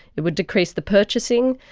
it would decrease the purchasing,